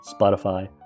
Spotify